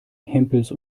hempels